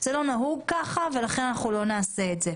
זה לא נהוג ככה ולכן לא נעשה את זה.